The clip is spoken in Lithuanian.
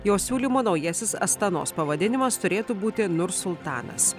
jo siūlymu naujasis astanos pavadinimas turėtų būti nursultanas